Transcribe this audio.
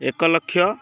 ଏକ ଲକ୍ଷ